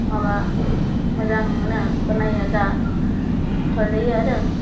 माबा मोजांनो बानायो दा गोथाव जायो आरो